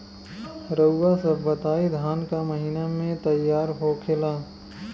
रउआ सभ बताई धान क महीना में तैयार होखेला?